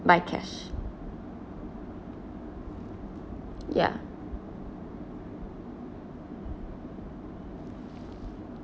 by cash ya